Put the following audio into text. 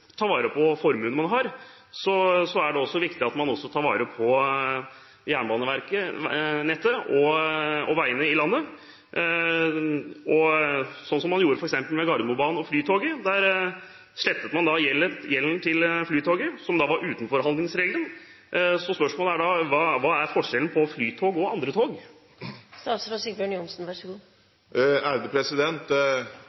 viktig at man tar vare på jernbanenettet og veiene i landet, slik man f.eks. gjorde med Gardermobanen og Flytoget, hvor man slettet gjelden til Flytoget, som var utenfor handlingsregelen. Spørsmålet er da: Hva er forskjellen på Flytoget og andre